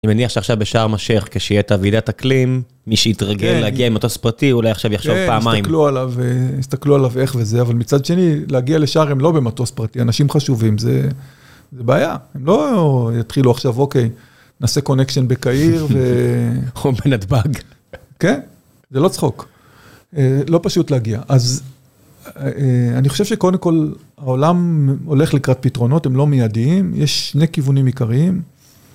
אני מניח שעכשיו בשארם א שייח, כשיהיה את הוועידת הקלים, מי שהתרגל להגיע למטוס פרטי, אולי עכשיו יחשוב פעמיים. כן, יסתכלו עליו איך וזה, אבל מצד שני, להגיע לשארם הם לא במטוס פרטי, אנשים חשובים, זה בעיה. הם לא יתחילו עכשיו, אוקיי, נעשה קונקשן בקהיר ו... נתב"ג. כן? זה לא צחוק. לא פשוט להגיע. אז אני חושב שקודם כול, העולם הולך לקראת פתרונות, הם לא מיידיים, יש שני כיוונים עיקריים.